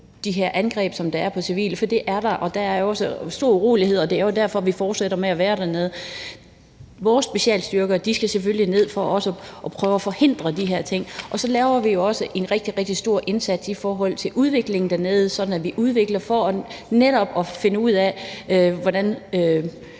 ved de angreb, som der bliver begået mod civile, for det bliver der, og der er også store uroligheder, og det er jo derfor, vi fortsætter med at være dernede. Vores specialstyrker skal selvfølgelig ned for også at prøve at forhindre de her ting, og så laver vi også en rigtig, rigtig stor indsats i forhold til udviklingen dernede for netop at finde ud af, hvordan